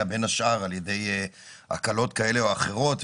בין השאר על ידי הקלות כאלה או אחרות,